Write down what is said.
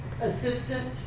assistant